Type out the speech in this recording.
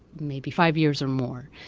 maybe, five years or more,